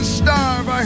starve